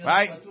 Right